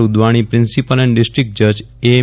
Udwani principal and district જજ એમ